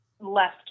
left